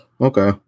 Okay